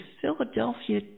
Philadelphia